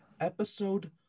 episode